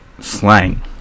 slang